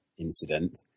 incident